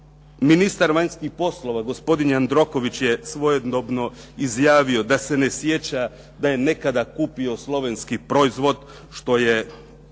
Ministar vanjskih poslova, gospodin Jandroković je svojedobno izjavio da se ne sjeća da je nekada kupio slovenski proizvod, što je